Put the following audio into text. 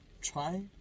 try